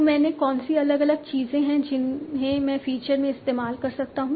तो मैं कौन सी अलग अलग चीजें हैं जिन्हें मैं फीचर में इस्तेमाल कर सकता हूं